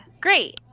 great